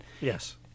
yes